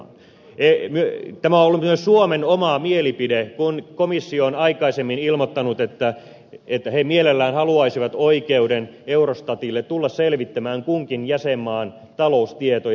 tämä on ollut myös suomen oma mielipide kun komissio on aikaisemmin ilmoittanut että he mielellään haluaisivat oikeuden eurostatille tulla selvittämään kunkin jäsenmaan taloustietoja